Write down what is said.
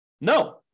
No